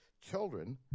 children